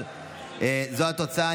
אבל זו התוצאה.